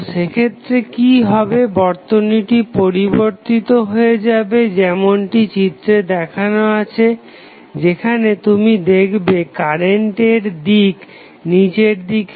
তো সেক্ষেত্রে কি হবে বর্তনীটি পরিবর্তিত হয়ে যাবে যেমনটি চিত্রে দেখানো আছে যেখানে তুমি দেখবে কারেন্টের দিক নিচের দিকে